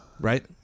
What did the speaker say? Right